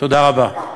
תודה רבה.